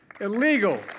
Illegal